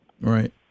Right